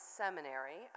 seminary